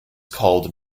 called